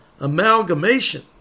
Amalgamation